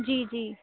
جی جی